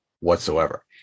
whatsoever